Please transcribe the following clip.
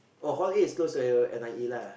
oh hor is close to N_I_E lah